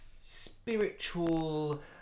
spiritual